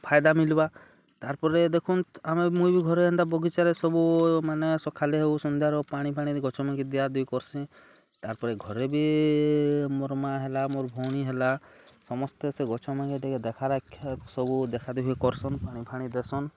ଫାଇଦା ମିଲ୍ବା ତା'ର୍ପରେ ଦେଖୁନ୍ତ୍ ଆମେ ମୁଇଁ ବି ଘରେ ହେନ୍ତା ବଗିଚାରେ ସବୁ ମାନେ ସକାଲେ ହେଉ ସନ୍ଧ୍ୟାରେ ହେଉ ପାଣିଫାଣି ଗଛ ମାନ୍କେ ଦିଆଦୁଇ କର୍ସି ତା'ର୍ପରେ ଘରେ ବି ମୋର୍ ମାଆ ହେଲା ମୋର୍ ଭଉଣୀ ହେଲା ସମସ୍ତେ ସେ ଗଛ୍ ମାନ୍କେ ଟିକେ ଦେଖା ସବୁ ଦେଖାଦେଖି କରସନ୍ ପାଣିଫାଣି ଦେସନ୍